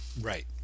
Right